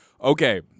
okay